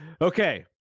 Okay